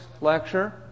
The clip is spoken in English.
lecture